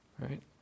Right